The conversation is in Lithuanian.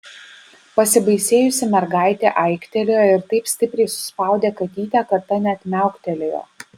pasibaisėjusi mergaitė aiktelėjo ir taip stipriai suspaudė katytę kad ta net miauktelėjo